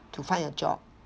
to find a job